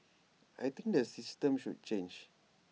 I think the system should change